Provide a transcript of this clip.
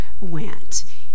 went